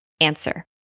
Answer